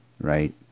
right